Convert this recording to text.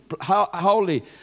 holy